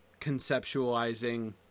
conceptualizing